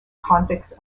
convicts